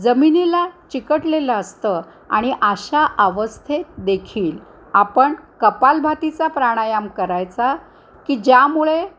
जमिनीला चिकटलेलं असतं आणि अशा अवस्थेत देखील आपण कपालभातीचा प्राणायाम करायचा की ज्यामुळे